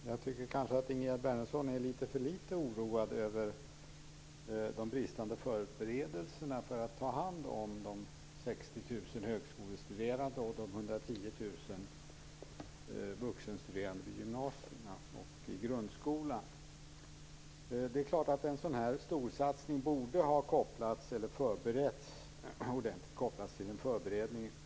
Herr talman! Jag tycker att Ingegerd Wärnersson kanske är litet för litet oroad över de bristande förberedelserna för att ta hand om de 60 000 högskolestuderande och de 110 000 vuxenstuderande vid gymnasie och grundskolan. En sådan här storsatsning borde ha kopplats till en förberedning.